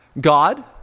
God